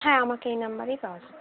হ্যাঁ আমাকে এই নাম্বারেই পাওয়া যাবে